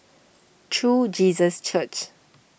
True Jesus Church